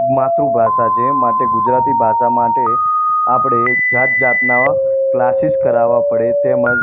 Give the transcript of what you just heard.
માતૃભાષા છે માટે ગુજરાતી ભાષા માટે આપણે જાત જાતના કલાસીસ કરાવવા પડે તેમજ